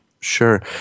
Sure